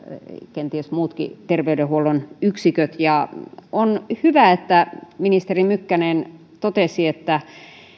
kenties muutkin terveydenhuollon yksiköt on hyvä että ministeri mykkänen totesi että